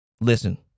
Listen